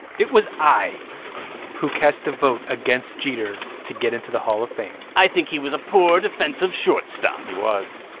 it was i who cast the vote against jeter to get into the hall of fame i think he was a poor defensive shortstop he was